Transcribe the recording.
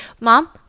mom